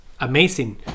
amazing